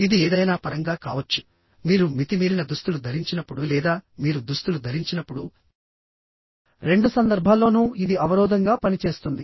ఇది ఏదైనా పరంగా కావచ్చుమీరు మితిమీరిన దుస్తులు ధరించినప్పుడు లేదా మీరు దుస్తులు ధరించినప్పుడురెండు సందర్భాల్లోనూ ఇది అవరోధంగా పనిచేస్తుంది